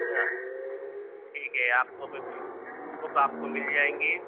اچھا ٹھیک ہے آپ کو بک آپ کو مل جائیں گی